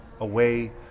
away